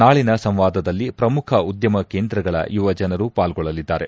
ನಾಳನ ಸಂವಾದದಲ್ಲಿ ಪ್ರಮುಖ ಉದ್ಘಮ ಕೇಂದ್ರಗಳ ಯುವಜನರು ಪಾಲ್ಗೊಳ್ಳಲಿದ್ದಾರೆ